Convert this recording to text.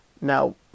Now